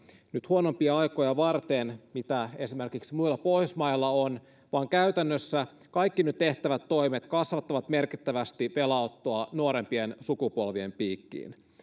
nyt taloudessa huonompia aikoja varten sellaisia puskureita mitä esimerkiksi muilla pohjoismailla on vaan käytännössä kaikki nyt tehtävät toimet kasvattavat merkittävästi velanottoa nuorempien sukupolvien piikkiin